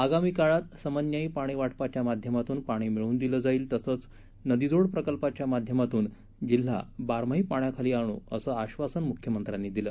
आगामी काळात समन्यायी पाणी वाटपाच्या माध्यमातून पाणी मिळवून दिलं जाईल तसंच नदीजोड प्रकल्पाच्या माध्यमातून जिल्हा बारमाही पाण्याखाली आणू असं आश्वासन मुख्यमंत्र्यांनी दिलं